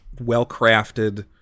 well-crafted